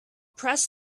press